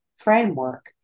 Framework